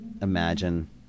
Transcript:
imagine